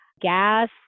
gas